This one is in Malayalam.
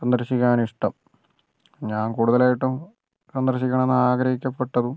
സന്ദർശിക്കാൻ ഇഷ്ടം ഞാൻ കൂടുതലായിട്ടും സന്ദർശിക്കണം ആഗ്രഹിക്കപ്പെട്ടതും